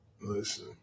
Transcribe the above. Listen